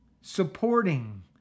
supporting